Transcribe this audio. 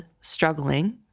struggling